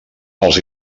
els